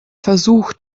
versuch